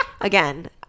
Again